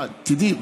תדעי,